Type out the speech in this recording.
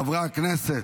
חברי הכנסת,